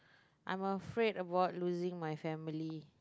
I'm afraid about losing my family